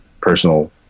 personal